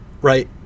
right